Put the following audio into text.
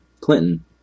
Clinton